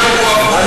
תודה.